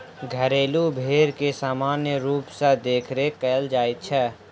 घरेलू भेंड़ के सामान्य रूप सॅ देखरेख कयल जाइत छै